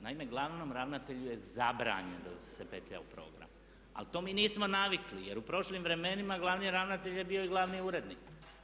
Naime, glavnom ravnatelju je zabranjeno da se petlja u program, ali to mi nismo navikli, jer u prošlim vremenima glavni ravnatelj je bio i glavni urednik.